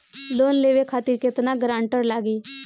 Loan लेवे खातिर केतना ग्रानटर लागी?